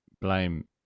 blame